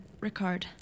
Ricard